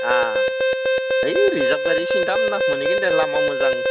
ओइ रिजार्भ गारि सिन्था खालामनाङा मोनहैगोन दे लामा मोजां